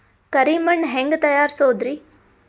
ಕರಿ ಮಣ್ ಹೆಂಗ್ ತಯಾರಸೋದರಿ?